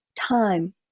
time